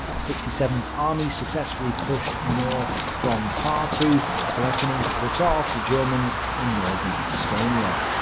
sixty seventh army successfully pushed north from tartu, threatening to cut off the germans in northern estonia.